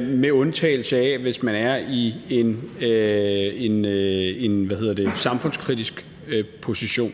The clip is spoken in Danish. med undtagelse af hvis man er i en samfundskritisk position.